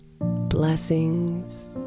Blessings